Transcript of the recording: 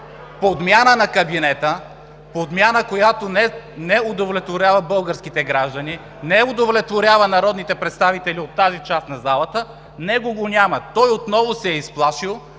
подмяна на кабинета, подмяна, която не удовлетворява българските граждани, не удовлетворява народните представители от тази част на залата, него го няма. Той отново се е изплашил,